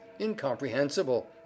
incomprehensible